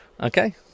Okay